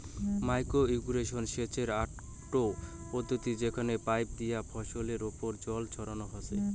micro irrigation সেচের আকটো পদ্ধতি যেইখানে পাইপ দিয়া ফছলের ওপর জল ছড়ানো হসে